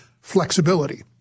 flexibility